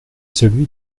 celui